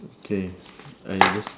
okay I just